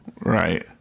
Right